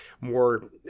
more